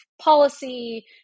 policy